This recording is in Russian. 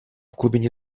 глубине